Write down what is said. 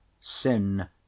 sin